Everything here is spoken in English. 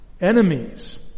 Enemies